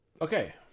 Okay